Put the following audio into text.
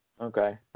Okay